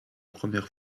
première